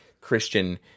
Christian